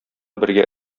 бергә